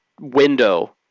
window